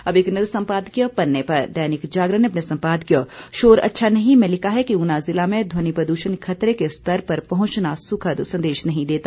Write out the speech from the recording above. अब एक नज़र सम्पादकीय पन्ने पर दैनिक जागरण ने अपने सम्पादकीय शोर अच्छा नहीं में लिखा है कि ऊना जिला में ध्वनि प्रदूषण खतरे के स्तर पर पहुंचना सुखद संदेश नहीं देता